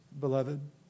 Beloved